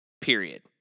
Period